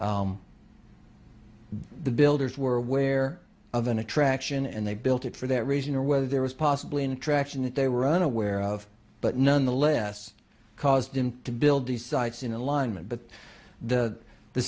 the builders were aware of an attraction and they built it for that reason or whether there was possibly interaction that they were unaware of but nonetheless caused him to build these sites in alignment but the the